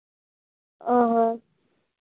ᱚ ᱦᱚᱸ